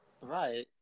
Right